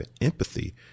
empathy